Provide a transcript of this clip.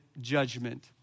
judgment